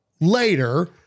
later